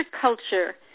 culture